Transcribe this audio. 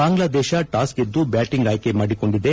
Bangladesh toss ಗೆದ್ದು batting ಆಯ್ಕೆ ಮಾಡಿಕೊಂಡಿದೆ